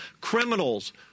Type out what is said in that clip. criminals